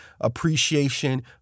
appreciation